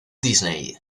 disney